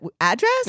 address